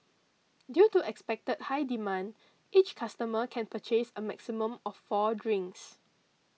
due to expected high demand each customer can purchase a maximum of four drinks